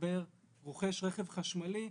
רוכש רכב חשמלי,